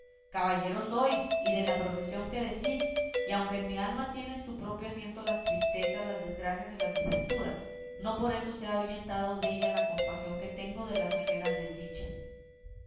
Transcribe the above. caballero soy y de la profesión que decís y aunque en mi alma tienen su propio asiento las tristezas las desgracias y las desventuras no por eso se ha ahuyentado della la compasión que tengo de las ajenas desdichas